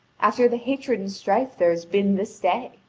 after the hatred and strife there has been this day?